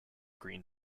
green